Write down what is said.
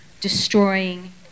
destroying